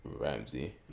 Ramsey